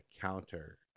counter